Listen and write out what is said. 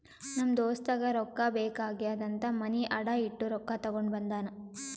ನಮ್ ದೋಸ್ತಗ ರೊಕ್ಕಾ ಬೇಕ್ ಆಗ್ಯಾದ್ ಅಂತ್ ಮನಿ ಅಡಾ ಇಟ್ಟು ರೊಕ್ಕಾ ತಗೊಂಡ ಬಂದಾನ್